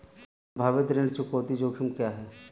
संभावित ऋण चुकौती जोखिम क्या हैं?